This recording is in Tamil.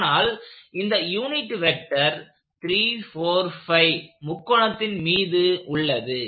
ஆனால் இந்த யூனிட் வெக்டர் 345 முக்கோணத்தின் மீது உள்ளது